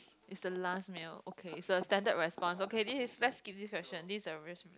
it's the last meal okay is the standard response okay this is let's skip this question this a very stupid